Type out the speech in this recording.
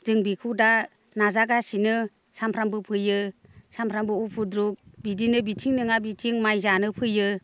जों बेखौ दा नाजागासिनो सामफ्रामबो फैयो सामफ्रामबो उफुद्रुख बिदिनो बिथिं नङा बिथिं माइ जानो फैयो